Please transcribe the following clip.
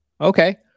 Okay